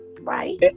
Right